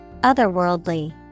Otherworldly